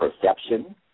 perception